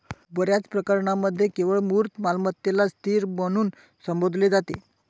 बर्याच प्रकरणांमध्ये केवळ मूर्त मालमत्तेलाच स्थिर म्हणून संबोधले जाते